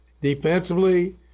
defensively